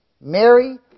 Mary